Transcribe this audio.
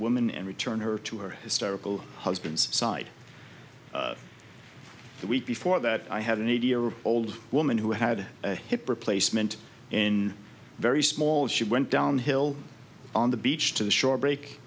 woman and return her to her hysterical husband's side the week before that i had an eighty year old woman who had a hip replacement in very small she went down hill on the beach to the shore break